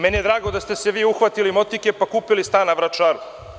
Meni je drago da ste se vi uhvatili motike, pa kupili stan na Vračaru.